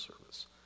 service